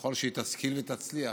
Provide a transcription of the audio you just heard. ככל שהיא תשכיל, היא תצליח.